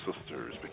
sisters